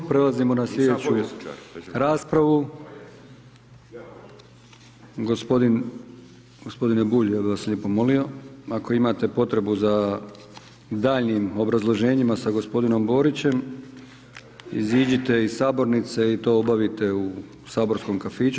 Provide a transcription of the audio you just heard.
Prelazimo na sljedeću raspravu … [[Upadica se ne čuje.]] gospodine Bulj, ja bi vas lijepo molio ako imate potrebu za daljnjim obrazloženjima sa gospodinom Borićem, iziđite iz sabornice, i to obavite u saborskom kafiću.